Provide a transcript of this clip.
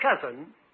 cousin